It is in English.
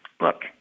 Look